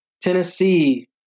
Tennessee